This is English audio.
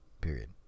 period